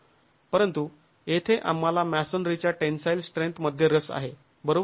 परंतु येथे आंम्हाला मॅसोनरीच्या टेन्साईल स्ट्रेंथ मध्ये रस आहे बरोबर